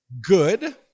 good